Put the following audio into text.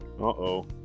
Uh-oh